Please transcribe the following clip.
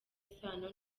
isano